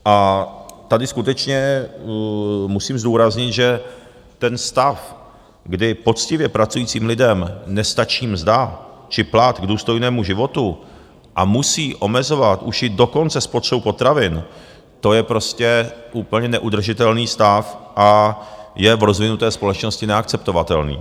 A tady skutečně musím zdůraznit, že ten stav, kdy poctivě pracujícím lidem nestačí mzda či plat k důstojnému životu a musí omezovat už i dokonce spotřebu potravin, to je prostě úplně neudržitelný stav a je v rozvinuté společnosti neakceptovatelný.